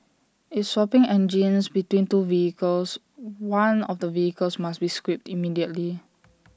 if swapping engines between two vehicles one of the vehicles must be scrapped immediately